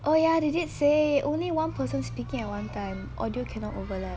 oh ya they did say only one person speaking at one time audio cannot overlap